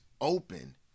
open